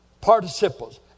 Participles